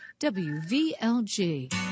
WVLG